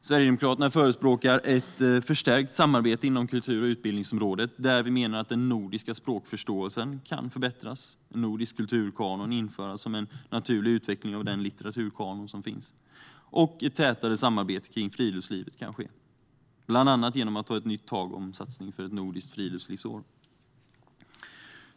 Sverigedemokraterna förespråkar ett förstärkt samarbete inom kultur och utbildningsområdet där vi menar att den nordiska språkförståelsen kan förbättras, en nordisk kulturkanon införas som en naturlig utveckling av den litteraturkanon som finns, och ett tätare samarbete kring friluftslivet kan ske bland annat genom att ta ett nytt tag om satsningen för ett nordiskt friluftslivsår.